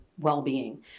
well-being